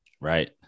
Right